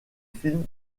films